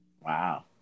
Wow